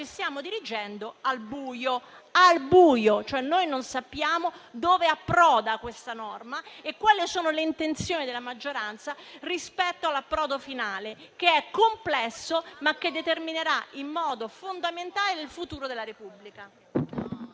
stiamo dirigendo al buio. Noi non sappiamo dove approda questa norma e quali sono le intenzioni della maggioranza rispetto all'approdo finale, che è complesso, ma che determinerà in modo fondamentale il futuro della Repubblica.